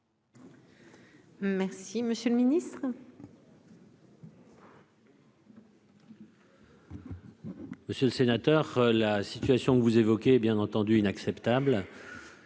Merci, monsieur le Ministre.